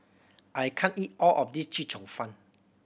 I can't eat all of this Chee Cheong Fun